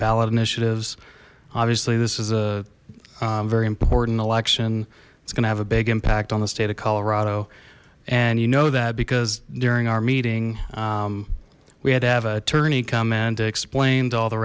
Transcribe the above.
ballot initiatives obviously this is a very important election it's gonna have a big impact on the state of colorado and you know that because during our meeting we had to have a tourney come in to explain to all the